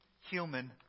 human